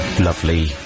lovely